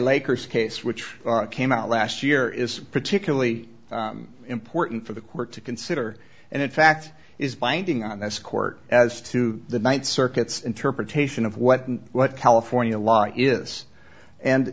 lakers case which came out last year is particularly important for the court to consider and in fact is binding on this court as to the ninth circuit's interpretation of what what california law is and